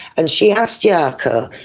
and she asked jaakko,